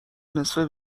نصفه